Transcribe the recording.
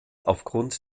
aufgrund